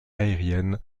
aériennes